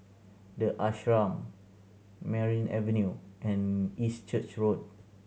The Ashram Merryn Avenue and East Church Road